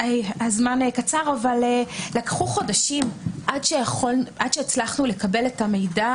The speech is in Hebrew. אבל לקחו חודשים עד שהצלחנו לקבל את המידע,